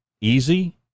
easy